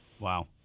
Wow